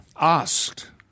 asked